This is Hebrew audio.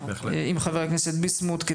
יחד עם חבר הכנסת ביסמוט,